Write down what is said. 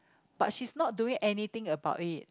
but she's not doing anything about it